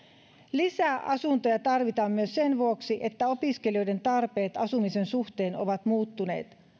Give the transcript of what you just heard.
lisää asuntoja tarvitaan myös sen vuoksi että opiskelijoiden tarpeet asumisen suhteen ovat muuttuneet